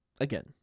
again